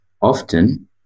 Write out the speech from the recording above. often